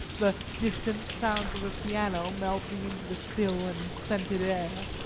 the distant sounds of a piano melting into the still and scented air,